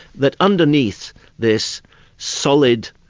that underneath this solid,